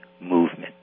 movement